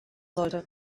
sollte